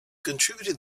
contributed